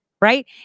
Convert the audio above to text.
Right